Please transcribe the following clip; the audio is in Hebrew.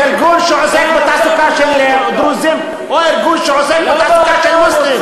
ארגון שעוסק בתעסוקה של דרוזים או ארגון שעוסק בתעסוקה של מוסלמים.